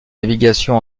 navigation